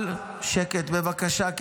שקט, בבקשה.